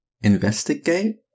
investigate